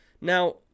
Now